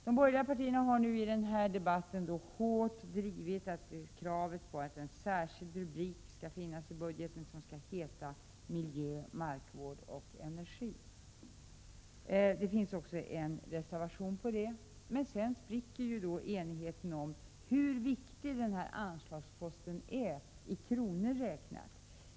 De borgerliga partierna har i den här debatten hårt drivit kravet på att en särskild rubrik skall finnas i budgeten som skall heta Miljö, markvård och energi. Det finns också en reservation med det kravet. Men sedan spricker enigheten om hur viktig den här anslagsposten är i kronor räknat.